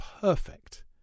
perfect